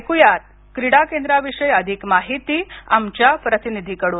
ऐकुया या क्रीडा केंद्राविषयी अधिक माहिती आमच्या प्रतिनिधीकडून